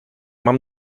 mam